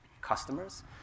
customers